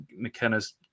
McKenna's